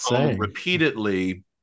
repeatedly